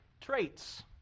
traits